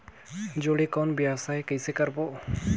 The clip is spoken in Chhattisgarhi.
जोणी कौन व्यवसाय कइसे करबो?